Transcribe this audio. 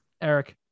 Eric